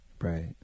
right